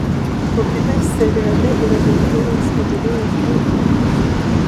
kokiame seriale yra veikėjas padavėjas giunteris